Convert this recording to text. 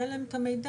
יהיה להם את המידע.